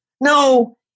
No